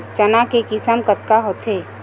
चना के किसम कतका होथे?